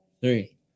three